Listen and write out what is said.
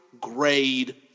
grade